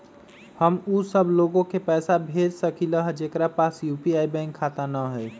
हम उ सब लोग के पैसा भेज सकली ह जेकरा पास यू.पी.आई बैंक खाता न हई?